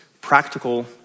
practical